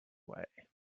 way